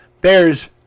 Bears